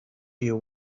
you